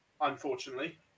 unfortunately